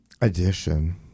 Edition